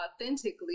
authentically